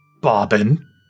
Bobbin